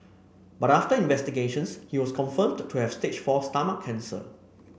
but after investigations he was confirmed to have stage four stomach cancer